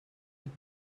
with